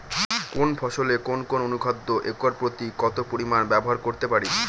কোন ফসলে কোন কোন অনুখাদ্য একর প্রতি কত পরিমান ব্যবহার করতে পারি?